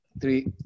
three